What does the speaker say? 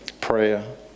Prayer